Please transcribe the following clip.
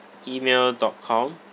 email dot com